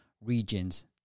regions